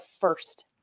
first